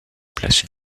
place